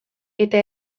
eta